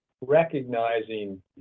recognizing